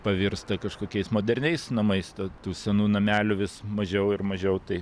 pavirsta kažkokiais moderniais namais tad tų senų namelių vis mažiau ir mažiau tai